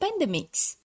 pandemics